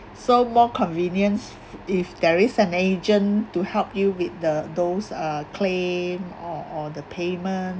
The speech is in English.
so more convenience if there is an agent to help you with the those uh claim or or the payment